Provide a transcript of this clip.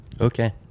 Okay